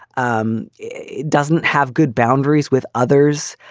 um it doesn't have good boundaries with others,